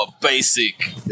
basic